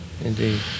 indeed